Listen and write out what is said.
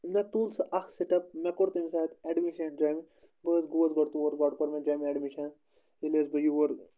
مےٚ تُل سُہ اَکھ سٹٮ۪پ مےٚ کوٚر تَمہِ ساتہٕ اٮ۪ڈمِشَن جۄمہِ بہٕ حظ گوس گۄڈٕ تور گۄڈٕ کوٚر مےٚ جۄمہِ اٮ۪ڈمِشَن ییٚلہِ حظ بہٕ یور